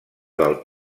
del